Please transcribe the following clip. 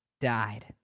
died